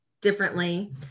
differently